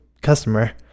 customer